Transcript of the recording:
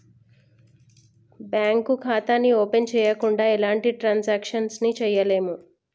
bank ఖాతాని open చెయ్యకుండా ఎలాంటి ట్రాన్సాక్షన్స్ ని చెయ్యలేము